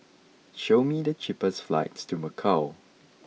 show me the cheapest flights to Macau